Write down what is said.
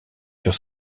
sur